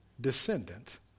descendant